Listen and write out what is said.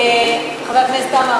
חבר הכנסת עמאר,